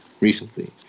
recently